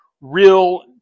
real